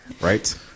Right